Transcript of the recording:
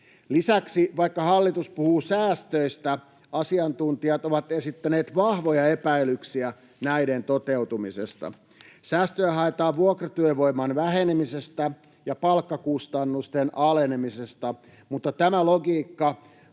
Lisäksi, vaikka hallitus puhuu säästöistä, asiantuntijat ovat esittäneet vahvoja epäilyksiä näiden toteutumisesta. Säästöjä haetaan vuokratyövoiman vähenemisestä ja palkkakustannusten alenemisesta, mutta tämä logiikka